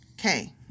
Okay